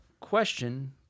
question